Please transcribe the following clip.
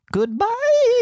Goodbye